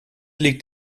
liegt